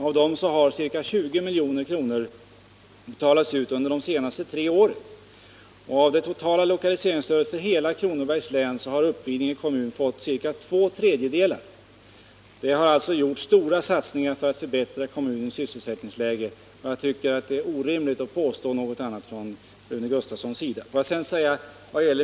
Av detta belopp har ca 20 milj.kr. utbetalats under de senaste tre åren. Av det totala lokaliseringsstödet för hela Kronobergs län har Uppvidinge kommun fått ca två tredjedelar. Det har alltså gjorts stora satsningar för att förbättra kommunens sysselsättningsläge, och jag tycker att det är orimligt om Rune Gustavsson påstår något annat.